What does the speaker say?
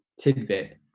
tidbit